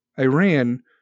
Iran